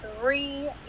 three